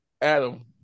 Adam